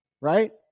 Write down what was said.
right